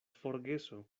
forgeso